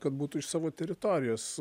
kad būtų iš savo teritorijos